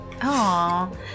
Aww